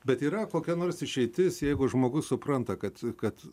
bet yra kokia nors išeitis jeigu žmogus supranta kad kad